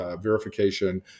Verification